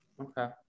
Okay